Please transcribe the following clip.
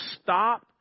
stop